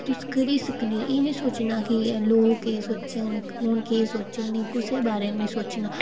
तुस करी सकने एह् निं सोचना के लोक केह् सोङन कु'न केह् सोचङन में कुसै बारै निं सोचना